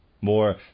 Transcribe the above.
More